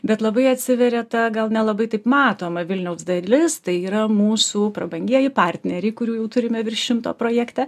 bet labai atsiveria ta gal nelabai taip matoma vilniaus dalis tai yra mūsų prabangieji partneriai kurių jau turime virš šimto projekte